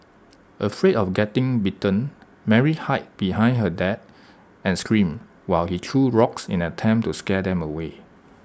afraid of getting bitten Mary hid behind her dad and screamed while he threw rocks in an attempt to scare them away